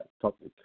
topic